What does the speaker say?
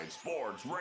Sports